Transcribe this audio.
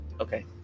Okay